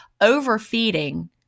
overfeeding